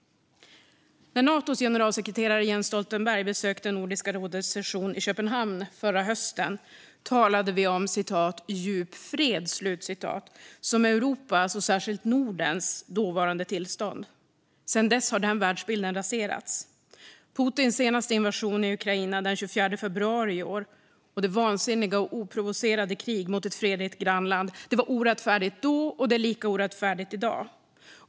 När Natos generalsekreterare Jens Stoltenberg besökte Nordiska rådets session i Köpenhamn hösten 2021 talade vi om "djup fred" som Europas och särskilt Nordens dåvarande tillstånd. Sedan dess har den världsbilden raserats. Putins senaste invasion i Ukraina den 24 februari i år och det vansinniga och oprovocerade kriget mot ett fredligt grannland var orättfärdigt då och är lika orättfärdigt i dag.